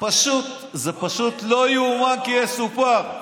זה פשוט לא יאומן כי יסופר.